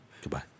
Goodbye